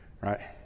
right